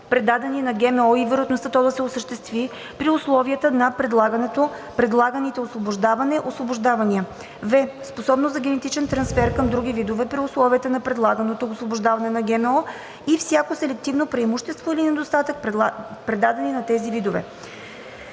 предадени на ГМО, и вероятността то да се осъществи при условията на предлаганото/предлаганите освобождаване/освобождавания; в) способност за генетичен трансфер към други видове при условията на предлаганото освобождаване на ГМО и всяко селективно преимущество или недостатък, предадени на тези видове;